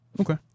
Okay